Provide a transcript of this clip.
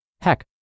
Heck